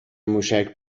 موشک